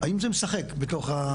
האם זה משחק בתוך,